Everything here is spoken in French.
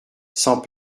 sans